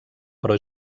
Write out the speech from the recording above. però